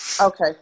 Okay